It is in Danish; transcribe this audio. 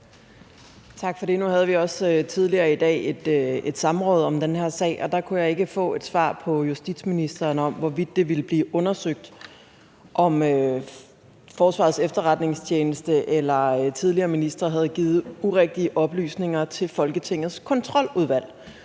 Tak for det. Nu havde vi også tidligere i dag et samråd om den her sag, og der kunne jeg ikke få et svar fra justitsministeren om, hvorvidt det ville blive undersøgt, om Forsvarets Efterretningstjeneste eller tidligere ministre havde givet urigtige oplysninger til Folketingets Kontroludvalg.